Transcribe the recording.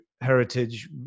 heritage